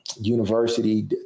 University